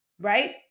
Right